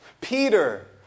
Peter